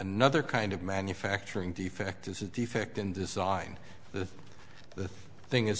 another kind of manufacturing defect is a defect in design the the thing is